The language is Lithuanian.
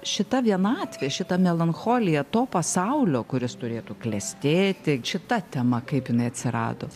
šita vienatvė šita melancholija to pasaulio kuris turėtų klestėti šita tema kaip jinai atsirado